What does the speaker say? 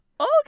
okay